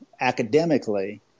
academically